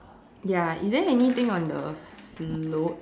ya is there anything on the float